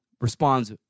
responds